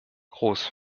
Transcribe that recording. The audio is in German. groß